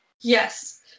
Yes